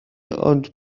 ond